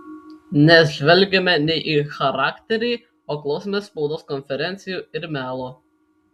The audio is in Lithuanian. nes žvelgiame ne į charakterį o klausomės spaudos konferencijų ir melo